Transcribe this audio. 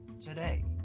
today